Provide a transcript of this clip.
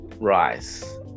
rice